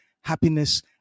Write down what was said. happiness